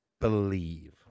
believe